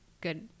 good